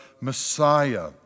Messiah